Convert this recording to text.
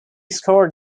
scored